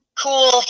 cool